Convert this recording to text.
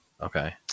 Okay